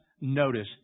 notice